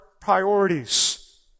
priorities